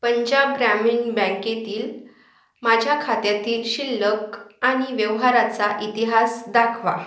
पंजाब ग्रामीण बँकेतील माझ्या खात्यातील शिल्लक आणि व्यवहाराचा इतिहास दाखवा